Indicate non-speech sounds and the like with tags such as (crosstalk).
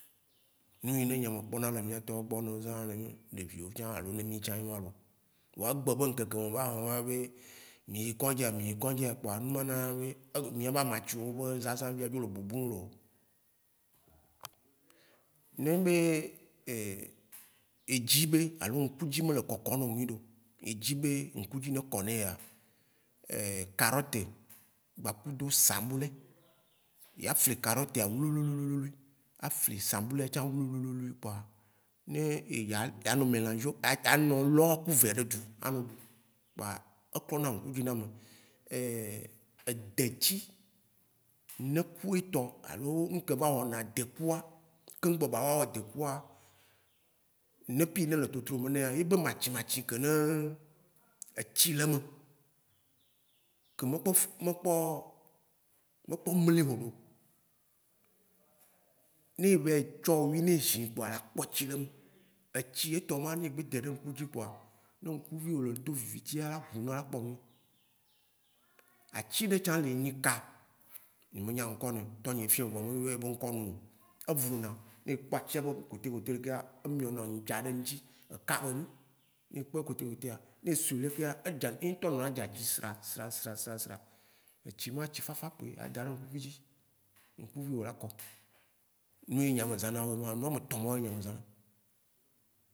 Enu yine me kpɔna le miatɔwo gbɔ ne o zãna ne ɖeviwo tsã alo ne mi tsã yewã lo. Vɔa egbe be ŋkeke me va hĩ va be mi yi kɔ̃dzia mi yi kɔ̃dzia, kpoa numa nana be, egu mia be amatshiwo be zazã via, dzo le bubuŋ lo. Ne enyi be edzi be, alo ŋkudzi me le kɔkɔ nawoa nyuiɖeo alo e dzi be ŋkudzi ne kɔ na yea, (hesitation) carotte gbakudo sablɔe. ye a fli, carotte wli wli wli wli, a fli sablɔea tsã wli wli wli kpoa ye edza, a nɔ melange a a nɔ lɔ wòa kuvea ɖe dzu a nɔ ɖu kpoa, e klɔna ŋkudzi na ame. (hesitation) edetsi, neku etɔ, alo nuke va wɔna dekua, keŋgbɔ ba va wɔ dekua, neku yi ne le totrome nɛa, ye be matsi matsi ke ne etsi le eme, ke mekpɔ mekpɔ mli hɔɖoo. Ne eva yí tsɔ wí ne ezì kpoa a kpɔ tsi le eme. etsi etɔ ma ne egbe dɛ ɖo ŋkudzi kpoa, ne ŋkuviwo le do vivitsia, a ʋu nɔ, ela kpɔ nu nawo. Atsi ɖe tsã le nyi ka, nye me nya ŋkɔ nɛo; tɔnyɛ ye fiɔŋ voa me yɔ ebe ŋkɔ nuŋ, e vluna ne ekpɔ atsia be côte côte lekea e miɔna ŋdza ɖe ŋtsi. Eka be nyi. Ne e kpɔ yebe côte côte ne esoe ɖekea, e dzana. ye ŋtɔ nɔna dza si sra sra sra sra sra. Etsi ma, tsifafa kpoe a daɖo ŋkuvi dzi ŋkuviwo la kɔ. Nuyi nyea me zãna woema, enu ametɔ̃ mawo nye ya me zãn.